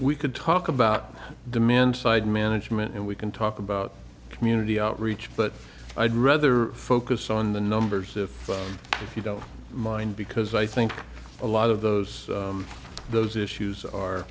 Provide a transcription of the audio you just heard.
we could talk about demand side management and we can talk about community outreach but i'd rather focus on the numbers if but if you don't mind because i think a lot of those those issues are